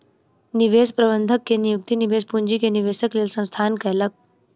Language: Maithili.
निवेश प्रबंधक के नियुक्ति निवेश पूंजी के निवेशक लेल संस्थान कयलक